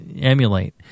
emulate